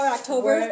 October